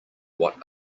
what